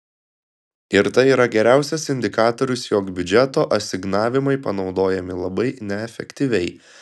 ir tai yra geriausias indikatorius jog biudžeto asignavimai panaudojami labai neefektyviai